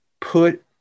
put